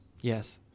Yes